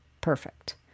perfect